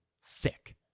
Sick